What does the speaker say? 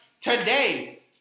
today